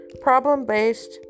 problem-based